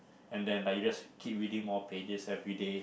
and then like you just keep reading more pages everyday